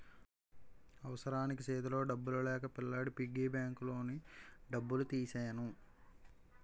అవసరానికి సేతిలో డబ్బులు లేక పిల్లాడి పిగ్గీ బ్యాంకులోని డబ్బులు తీసెను